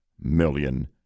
million